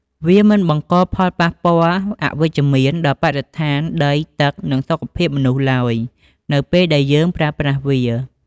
វា មិនបង្កផលប៉ះពាល់អវិជ្ជមាន ដល់បរិស្ថាន ដី ទឹក និងសុខភាពមនុស្សឡើយ នៅពេលដែលយើងប្រើប្រាស់វា។